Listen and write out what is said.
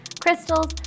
crystals